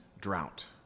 drought